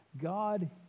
God